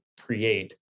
create